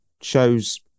shows